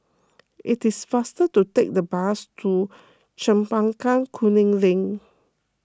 it is faster to take the bus to Chempaka Kuning Link